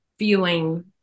feeling